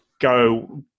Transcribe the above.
go